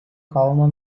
kalno